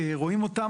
רואים אותן.